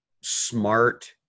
smart